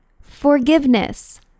forgiveness